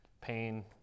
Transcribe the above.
Pain